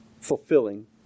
fulfilling